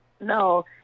No